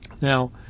Now